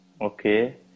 Okay